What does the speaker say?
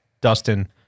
Dustin